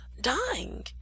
dying